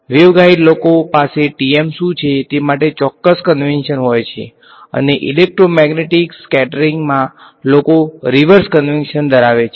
wave guide લોકો પાસે TM શું છે તે માટે ચોક્કસ કન્વેન્શન હોય છે અને ઈલેક્ટ્રોમેગ્નેટિક સ્કેટરિંગમાં ધરાવે છે